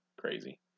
crazy